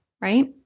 right